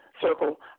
circle